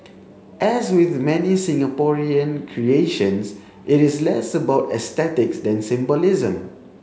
as with many Singaporean creations it is less about aesthetics than symbolism